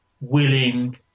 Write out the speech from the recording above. willing